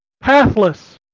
pathless